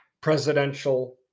presidential